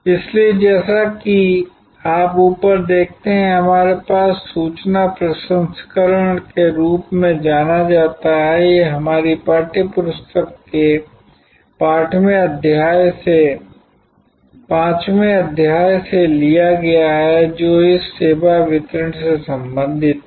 इसलिए जैसा कि आप ऊपर देखते हैं कि हमारे पास सूचना प्रसंस्करण के रूप में जाना जाता है यह हमारी पाठ्यपुस्तक के 5वें अध्याय से लिया गया है जो इस सेवा वितरण से संबंधित है